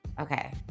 Okay